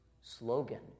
slogan